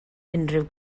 unrhyw